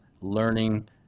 learning